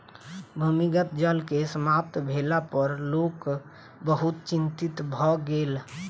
भूमिगत जल के समाप्त भेला पर लोक बहुत चिंतित भ गेल